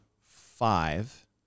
five